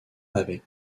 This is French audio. avec